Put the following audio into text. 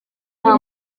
nta